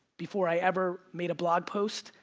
before i ever made a blog post,